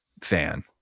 fan